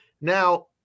Now